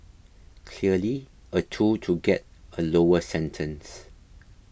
clearly a tool to get a lower sentence